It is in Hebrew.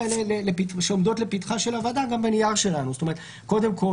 קודם כול,